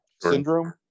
syndrome